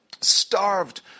starved